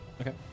Okay